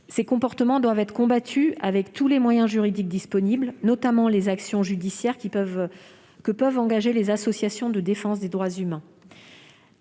Ces comportements doivent être combattus par tous les moyens juridiques disponibles, notamment les actions judiciaires que peuvent engager les associations de défense des droits humains.